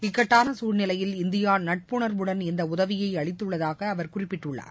இக்கட்டானசூழ்நிலையில் இந்தியாநட்புனர்வுடன் இந்தஉதவியை அளித்துள்ளதாககுறிப்பிட்டுள்ளார்